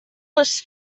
les